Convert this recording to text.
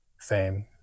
fame